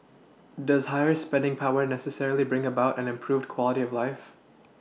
does higher spending power necessarily bring about an improved quality of life